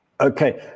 Okay